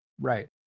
right